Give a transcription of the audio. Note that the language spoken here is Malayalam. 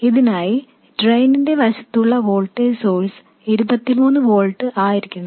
ഇതിനായി ഡ്രെയിന്റെ വശത്തുള്ള വോൾട്ടേജ് സോഴ്സ് ഇരുപത്തിമൂന്ന് വോൾട്ട് ആയിരിക്കണം